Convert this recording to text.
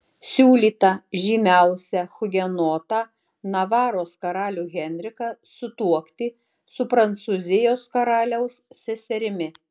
siūlyta žymiausią hugenotą navaros karalių henriką sutuokti su prancūzijos karaliaus seserimi